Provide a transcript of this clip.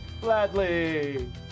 Gladly